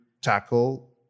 tackle